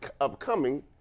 upcoming